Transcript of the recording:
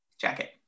Jacket